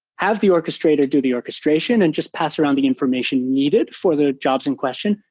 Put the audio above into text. have the orchestrator do the orchestration and just pass around the information needed for the jobs in question.